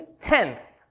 tenth